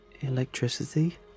Electricity